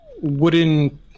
wooden